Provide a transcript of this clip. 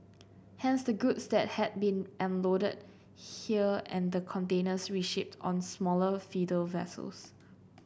hence the goods that had been unloaded here and the containers reshipped on smaller feeder vessels